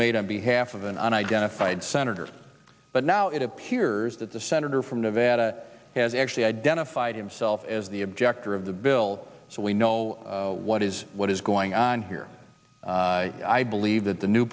made on behalf of an unidentified senator but now it appears that the senator from nevada has actually identified himself as the objector of the bill so we know what is what is going on here i believe that the new